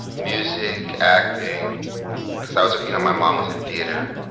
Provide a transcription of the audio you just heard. music, acting because i was you know, my mom was in theater.